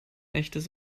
echtes